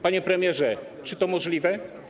Panie premierze, czy to możliwe?